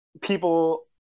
people